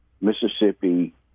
Mississippi